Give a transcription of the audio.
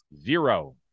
Zero